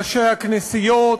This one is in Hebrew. ראשי הכנסיות,